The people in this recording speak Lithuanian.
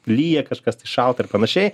lyja kažkas tai šalta ir panašiai